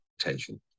attention